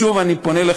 אבל בסופו של דבר כל